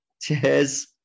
Cheers